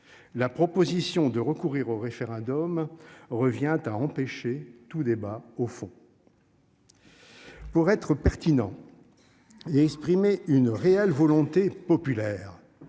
La proposition de recourir au référendum revient à empêcher tout débat au fond. Pour être pertinent. Et exprimé une réelle volonté populaire.